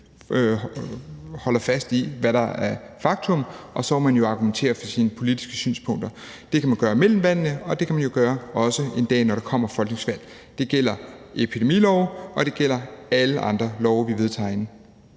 holder fast i, hvad der er fakta, og så må man jo argumentere for sine politiske synspunkter. Det kan man gøre mellem valgene, og det kan man jo også gøre en dag, når der kommer folketingsvalg. Det gælder epidemilov, og det gælder alle andre love, vi vedtager herinde.